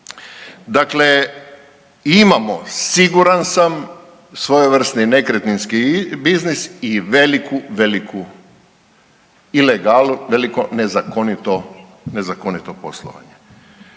Dakle, imamo siguran sam siguran svojevrsni nekretninski biznis i veliku, veliku ilegalu, veliko nezakonito, nezakonito